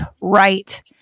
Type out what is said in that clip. right